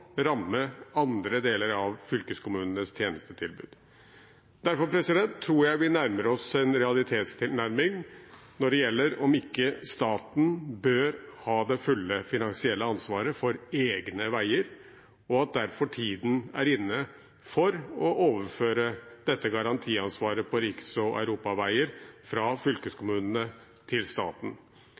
ramme andre deler av fylkeskommunenes tjenestetilbud. Derfor tror jeg vi nærmer oss en realitetstilnærming når det gjelder om ikke staten bør ha det fulle finansielle ansvaret for egne veier, og at tiden derfor er inne for å overføre dette garantiansvaret på riks- og europaveier fra fylkeskommunene til staten.